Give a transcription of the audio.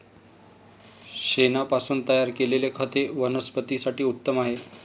शेणापासून तयार केलेले खत हे वनस्पतीं साठी उत्तम आहे